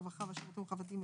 הרווחה והשירותים החברתיים,